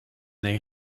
they